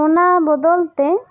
ᱚᱱᱟ ᱵᱚᱫᱚᱞ ᱛᱮ